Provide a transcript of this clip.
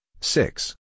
six